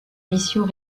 missions